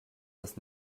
das